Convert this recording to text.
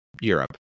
Europe